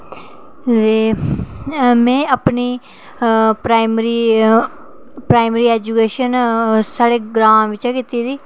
ते में अपनी प्राईमरी एजूकेशन साढ़े ग्रांऽ बिच्चा कीती दी